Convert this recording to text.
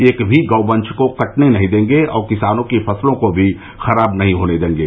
एक भी गौवंश को कटने नहीं देंगे और किसानों की फसलों को भी खराब नहीं होने देंगे